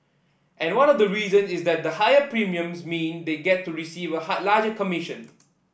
and one of the reason is that the higher premiums mean they get to receive a larger commission